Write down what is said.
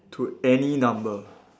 to any number